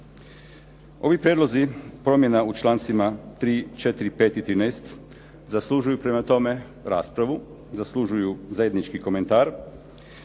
Ovi prijedlozi promjena u člancima 3., 4., 5. i 13. zaslužuju prema tome raspravu, zaslužuju zajednički komentar.